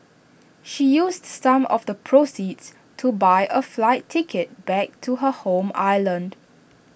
she used some of the proceeds to buy A flight ticket back to her home island